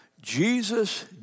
Jesus